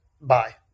bye